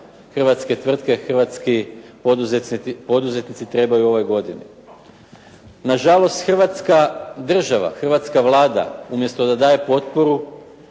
hrvatske tvrtke, hrvatski poduzetnici trebaju u ovoj godini. Nažalost, Hrvatska država, hrvatska Vlada, umjesto da daje potporu